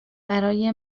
برای